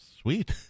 Sweet